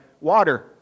water